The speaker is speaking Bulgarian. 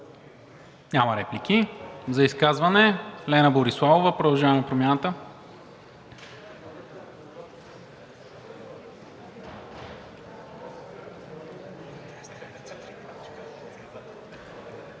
Няма реплики. За изказване – Лена Бориславова, „Продължаваме Промяната“.